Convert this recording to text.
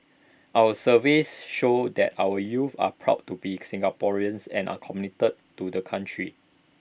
our surveys show that our youths are proud to be Singaporeans and are committed to the country